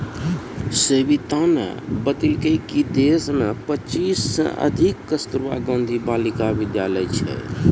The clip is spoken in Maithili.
सविताने बतेलकै कि देश मे पच्चीस सय से अधिक कस्तूरबा गांधी बालिका विद्यालय छै